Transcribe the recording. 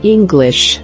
English